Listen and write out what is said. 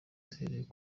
duhereye